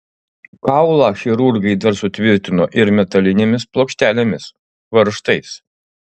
kaulą chirurgai dar sutvirtino ir metalinėmis plokštelėmis varžtais